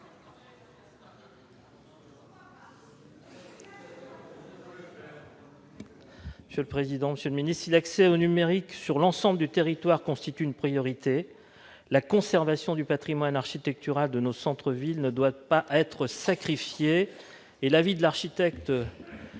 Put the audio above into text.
présenter l'amendement n° 67 rectifié. Si l'accès au numérique sur l'ensemble du territoire constitue une priorité, la conservation du patrimoine architectural de nos centres-villes ne doit pas être sacrifiée. L'avis de l'architecte